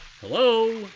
Hello